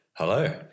Hello